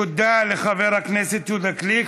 תודה לחבר הכנסת יהודה גליק.